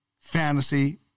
Fantasy